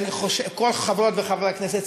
וכל חברות וחברי הכנסת,